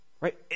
right